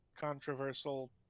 controversial